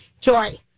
joy